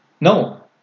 no